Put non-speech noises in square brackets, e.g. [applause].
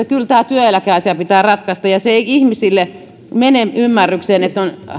[unintelligible] kyllä tämä työeläkeasia pitää ratkaista ja se ei ihmisille mene ymmärrykseen että on